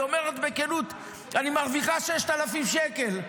היא אומרת בכנות: אני מרוויחה 6,000 שקל,